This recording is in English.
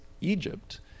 Egypt